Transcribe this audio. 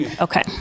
Okay